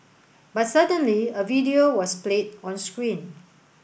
but suddenly a video was played on screen